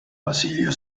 basilio